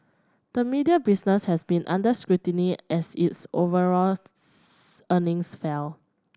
the media business has been under scrutiny as its overall earnings fell